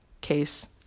case